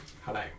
Hello